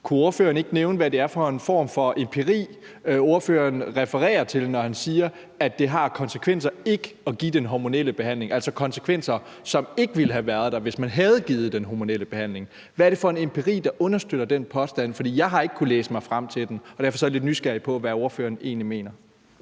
Kunne ordføreren ikke nævne, hvad det er for en form for empiri, ordføreren refererer til, når han siger, at det har konsekvenser ikke at give den hormonelle behandling – altså konsekvenser, som ikke ville have været der, hvis man havde givet den hormonelle behandling? Hvad er det for en empiri, der understøtter den påstand? For jeg har ikke kunnet læse mig frem til den, og derfor er jeg så lidt nysgerrig på, hvad ordføreren egentlig mener.